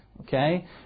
Okay